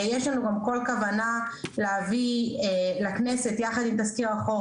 יש לנו גם כוונה להביא לכנסת יחד עם תזכיר החוק